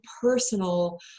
personal